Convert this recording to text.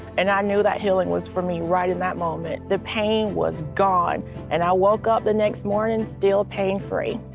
and i knew that healing was for me right in that moment. the pain was gone and i woke up the next morning pain free.